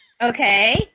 Okay